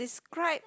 great